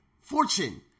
fortune